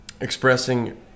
expressing